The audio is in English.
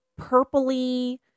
purpley